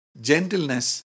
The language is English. gentleness